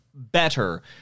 better